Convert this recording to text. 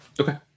Okay